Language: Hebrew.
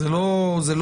זה לא הגיוני,